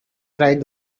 tried